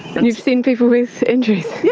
and you've seen people with injuries? yeah,